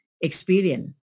experience